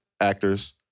actors